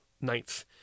ninth